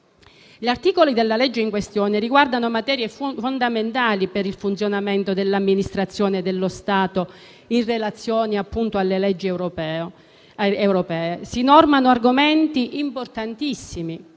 Gli articoli della legge in questione riguardano materie fondamentali per il funzionamento dell'amministrazione dello Stato in relazione alle leggi europee. Si normano argomenti importantissimi